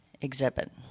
Exhibit